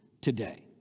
today